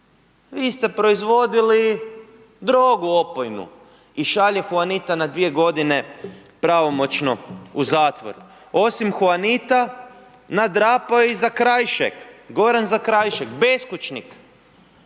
vi ste proizvodili drogu opojnu i šalje Huanita na dvije godine pravomoćno u zatvor. Osim Huanita nadrapao je i Zakrajšek, Goran Zakrajšek beskućnik,